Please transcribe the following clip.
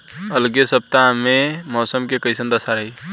अलगे सपतआह में मौसम के कइसन दशा रही?